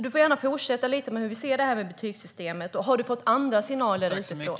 Du får gärna fortsätta och säga hur du ser på betygssystemet. Har du fått andra signaler utifrån?